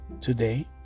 today